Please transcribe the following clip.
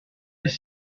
des